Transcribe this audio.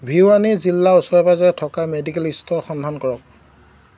ভিৱানী জিলাত ওচৰে পাঁজৰে থকা মেডিকেল ষ্ট'ৰৰ সন্ধান কৰক